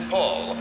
Paul